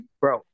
bro